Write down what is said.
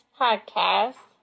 podcast